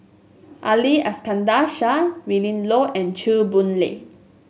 Ali Iskandar Shah Willin Low and Chew Boon Lay